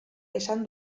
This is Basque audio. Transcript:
esan